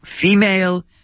female